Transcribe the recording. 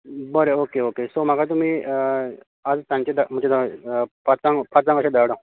बरें okay okay so म्हाका तुमी आज सांजचे म्हणजे पाचांक पाचांक अशें धाडात